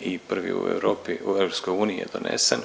i prvi u Europi u EU je donesen